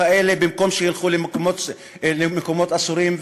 האלה במקום שילכו למקומות אסורים?